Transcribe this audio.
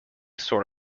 sort